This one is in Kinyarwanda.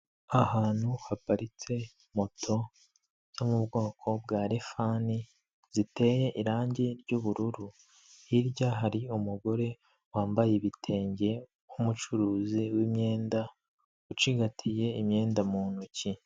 Ahantu haparitse moto zo mu bwoko bwa refani ziteye irangi ry'ubururu hirya hari umugore wambaye ibitenge nk'umucuruzi w'imyenda ucigatiye imyenda mu ntoki.